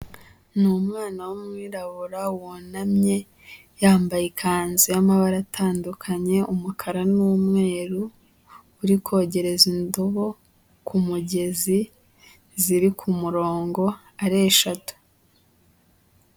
Ni umwana w'umwirabura, wunamye, yambaye ikanzu y'amabara atandukanye, umukara n'umweru, uri kogereza indobo ku kumugezi ziri ku murongo ari eshatu.